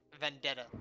vendetta